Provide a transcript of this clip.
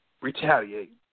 retaliate